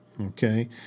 okay